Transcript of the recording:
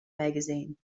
magazine